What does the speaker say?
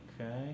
Okay